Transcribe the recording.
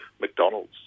McDonald's